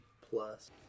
plus